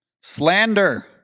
slander